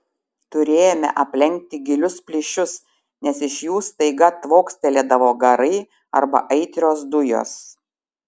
turėjome aplenkti gilius plyšius nes iš jų staiga tvokstelėdavo garai arba aitrios dujos